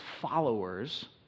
followers